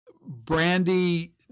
brandy